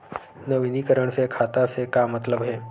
नवीनीकरण से खाता से का मतलब हे?